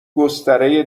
گستره